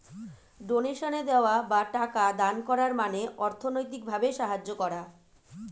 ডোনেশনে দেওয়া বা টাকা দান করার মানে অর্থনৈতিক ভাবে সাহায্য করা